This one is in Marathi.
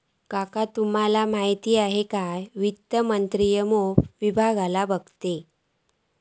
काकानु तुमका माहित हा काय वित्त मंत्रित्व मोप विभागांका बघता